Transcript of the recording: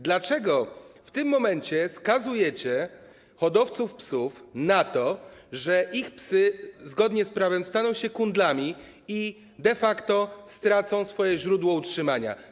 Dlaczego w tym momencie skazujecie hodowców psów na to, że ich psy, zgodnie z prawem, staną się kundlami i de facto stracą oni swoje źródło utrzymania?